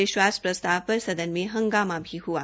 विश्वास प्रस्ताव पर सदन में हंगामा भी हआ